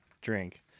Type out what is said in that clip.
drink